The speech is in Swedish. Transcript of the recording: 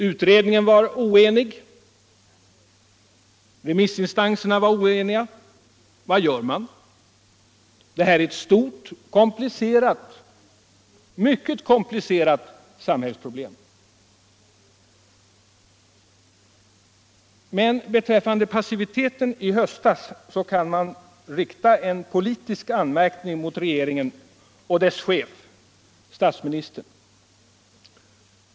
Utredningen var oenig. Remissinstanserna var oeniga. Vad gör man? Det här är ett stort och mycket komplicerat samhällsproblem. Men beträffande passiviteten i höstas kan man rikta en politisk anmärkning mot regeringen och dess chef, statsministern.